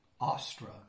awestruck